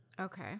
Okay